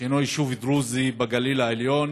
של יישובים דרוזיים בגליל העליון,